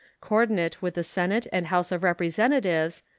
coordinate with the senate and house of representatives,